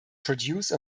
produce